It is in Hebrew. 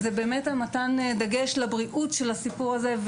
מתן דגש לבריאות של הסיפור הזה,